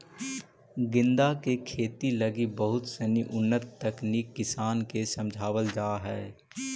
गेंदा के खेती लगी बहुत सनी उन्नत तकनीक किसान के समझावल जा हइ